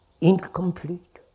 incomplete